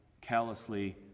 callously